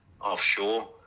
offshore